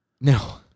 No